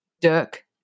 Dirk